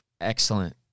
excellent